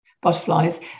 butterflies